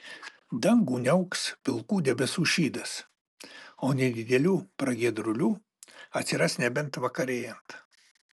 dangų niauks pilkų debesų šydas o nedidelių pragiedrulių atsiras nebent vakarėjant